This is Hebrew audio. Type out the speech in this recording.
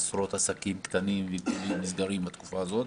עשרות עסקים קטנים נסגרים בתקופה הזאת.